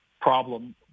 problem